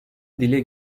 dile